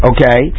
Okay